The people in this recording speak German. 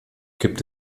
gibt